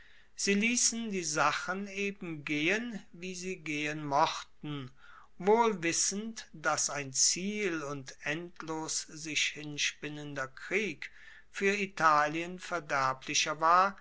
sie liessen die sachen eben gehen wie sie gehen mochten wohl wissend dass ein ziel und endlos sich hinspinnender krieg fuer italien verderblicher war